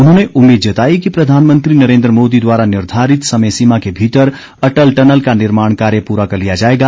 उन्होंने उम्मीद जताई कि प्रधानमंत्री नरेन्द्र मोदी द्वारा निर्धारित समय सीमा के भीतर अटल टनल का निर्माण कार्य पूरा कर लिया जाएगा